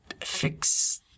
fix